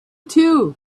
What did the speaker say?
too